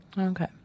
Okay